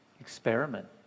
Experiment